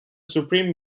supreme